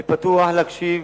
אני פתוח להקשיב,